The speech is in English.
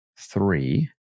three